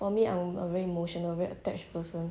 for me I'm I'm very emotional very attached person